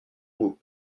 goût